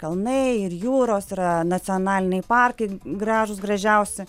kalnai ir jūros yra nacionaliniai parkai gražūs gražiausi